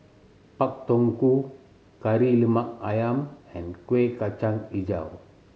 Pak Thong Ko Kari Lemak Ayam and Kueh Kacang Hijau